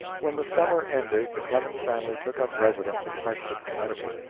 when the summer ended the clemens family took up residence in hartford, connecticut,